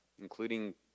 including